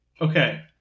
Okay